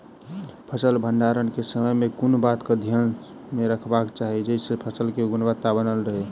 फसल भण्डारण केँ समय केँ कुन बात कऽ ध्यान मे रखबाक चाहि जयसँ फसल केँ गुणवता बनल रहै?